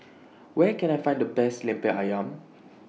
Where Can I Find The Best Lemper Ayam